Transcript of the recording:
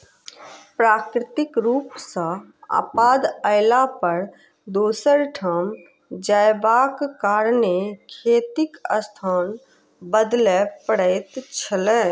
प्राकृतिक रूप सॅ आपदा अयला पर दोसर ठाम जायबाक कारणेँ खेतीक स्थान बदलय पड़ैत छलै